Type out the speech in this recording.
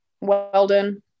Weldon